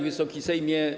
Wysoki Sejmie!